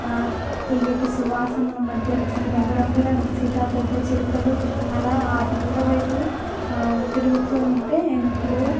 తీయటి సువాసనల మధ్య రంగురంగుల సీతాకోకచిలుకలు అలా ఆ పూలవైపు తిరుగుతూ ఉంటే ఎంతో